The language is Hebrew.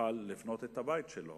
לבנות את הבית שלו